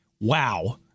Wow